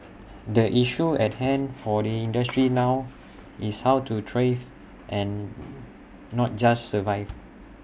the issue at hand for the industry now is how to thrive and not just survive